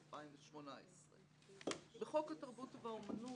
2018. בחוק התרבות והאמנות,